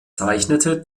zeichnete